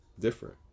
different